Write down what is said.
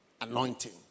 anointing